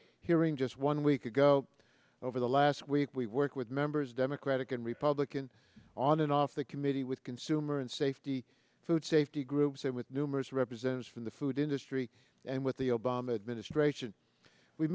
hearing just one week ago over the last week we work with members democratic and republican on and off the committee with consumer and safety food safety groups and with numerous represents from the food industry and with the